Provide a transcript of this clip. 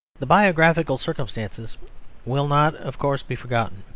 the biographical circumstances will not, of course, be forgotten.